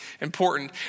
important